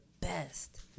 best